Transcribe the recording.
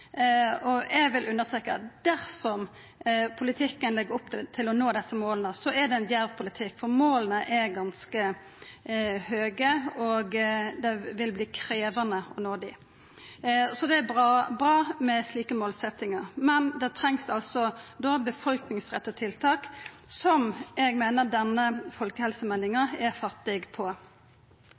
livsstil. Eg vil understreka at dersom politikken legg opp til å nå desse måla, så er det ein djerv politikk, for måla er ganske høge, og det vil verta krevjande å nå dei. Det er bra med slike målsettingar, men det trengst då befolkningsretta tiltak som eg meiner denne folkehelsemeldinga er fattig på.